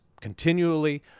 continually